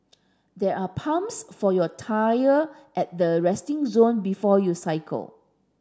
there are pumps for your tyre at the resting zone before you cycle